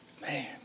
Man